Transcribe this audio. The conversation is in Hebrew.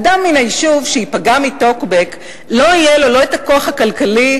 אדם מן היישוב שייפגע מטוקבק לא יהיו לו לא הכוח הכלכלי,